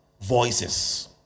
voices